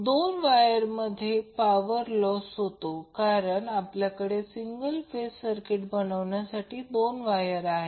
दोन वायरमध्ये power loss होतो कारण आपल्याकडे सिंगल फेज सर्किट बनविण्यासाठी दोन वायर आहेत